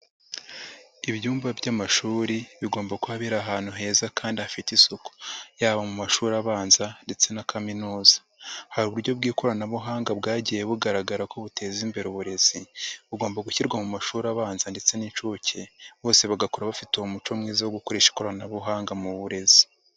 Ibyumba by'amashuri bigomba kuba biri ahantu heza kandi hafite isuku, yaba mu mashuri abanza ndetse na kaminuza, hari uburyo bw'ikoranabuhanga bwagiye bugaragara ko buteza imbere uburezi, bugomba gushyirwa mu mashuri abanza ndetse n'incuke, bose bagakura bafite uwo muco mwiza wo gukoresha ikoranabuhanga mu burezi.